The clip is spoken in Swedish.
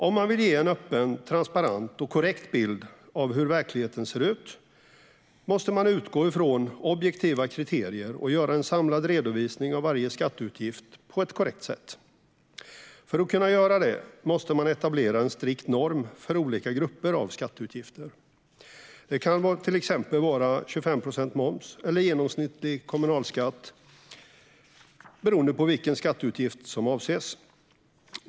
Om man vill ge en öppen, transparent och korrekt bild av hur verkligheten ser ut måste man utgå från objektiva kriterier och göra en samlad redovisning av varje skatteutgift på ett korrekt sätt. För att kunna göra det måste man etablera en strikt norm för olika grupper av skatteutgifter. Det kan till exempel vara 25 procents moms eller genomsnittlig kommunalskatt, beroende på vilken skatteutgift som avses.